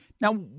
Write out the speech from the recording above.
Now